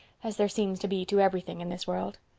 as there seems to be to everything in this world.